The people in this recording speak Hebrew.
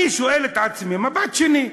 אני שואל את עצמי: "מבט שני".